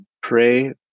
pray